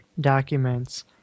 documents